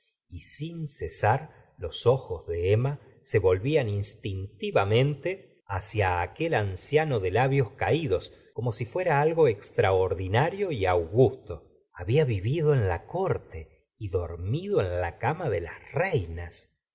y sin cesar los ojos de emma so volvían instintivamente hacia la serora de bovary gustavo flaubert aquel anciano de labios caldos como si fuera algo extraordinario y augusto había vivido en la corte y dormido en la cama de las reinas